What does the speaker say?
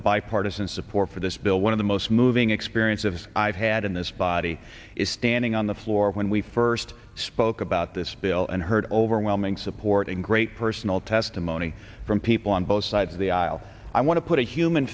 the bipartisan support for this bill one of the most moving experience of i've had in this body is standing on the floor when we first spoke about this bill and heard overwhelming support and great personal testimony from people on both sides of the aisle i want to put a human